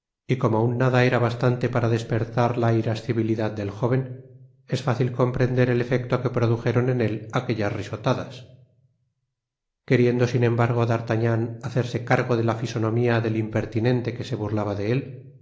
y como un nada era bastante para despestar la irascibilidad del jóven es fácil comprender el efecto que produjeron en él aquellas risotadas queriendo sin embargo vd'artagnan hacerse cargo de la fisonomía del impertinente que se burlaba de él